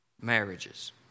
marriages